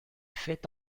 fait